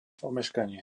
omeškanie